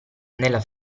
nella